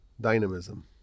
Dynamism